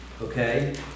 okay